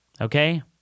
Okay